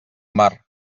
mar